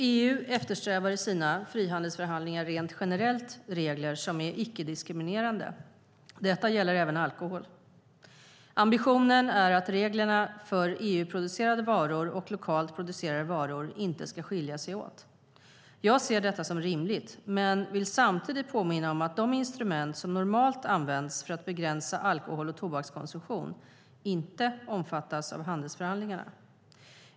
EU eftersträvar i sina frihandelsförhandlingar rent generellt regler som är icke-diskriminerande. Detta gäller även alkohol. Ambitionen är att reglerna för EU-producerade varor och lokalt producerade varor inte ska skilja sig åt. Jag ser detta som rimligt, men vill samtidigt påminna om att de instrument som normalt används för att begränsa alkohol och tobakskonsumtion inte omfattas av handelsförhandlingarna.